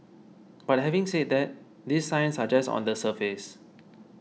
but having said that these signs are just on the surface